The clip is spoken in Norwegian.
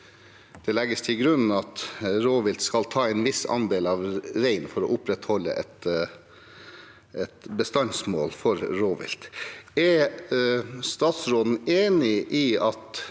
det legges til grunn at rovvilt skal ta en viss andel av reinen for å opprettholde et bestandsmål for rovvilt. Er statsråden enig i at